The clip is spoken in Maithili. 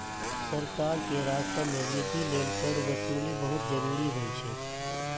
सरकार के राजस्व मे वृद्धि लेल कर वसूली बहुत जरूरी होइ छै